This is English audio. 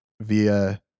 via